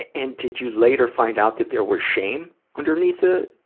and did you later find out that there was shame underneath the, ah,